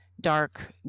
dark